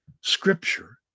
Scripture